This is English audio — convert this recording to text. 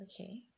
okay